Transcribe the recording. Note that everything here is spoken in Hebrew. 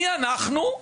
מי אנחנו?